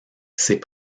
ces